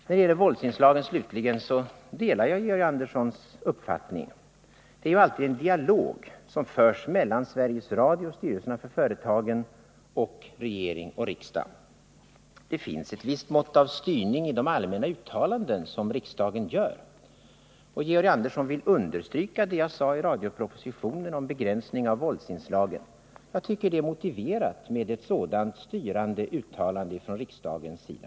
När det slutligen gäller våldsinslagen så delar jag Georg Anderssons uppfattning. Det är ju alltid en dialog som förs mellan Sveriges Radio och styrelserna för företagen och regering och riksdag. Det finns ett visst mått av styrning i de allmänna uttalanden som riksdagen gör, och Georg Andersson vill också understryka det jag sade i radiopropositionen om begränsning av våldsinslagen. Jag tycker det är motiverat med ett sådant styrande uttalande från riksdagens sida.